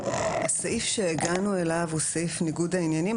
הסעיף שהגענו אליו הוא סעיף ניגוד העניינים,